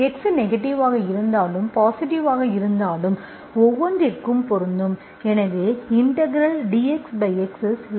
X negative ஆக இருந்தாலும் positive ஆக இருந்தாலும் ஒவ்வொன்றிற்கும் பொருந்தும் எனவே இன்டெக்ரல் dxx is log⁡|x||